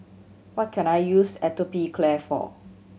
what can I use Atopiclair for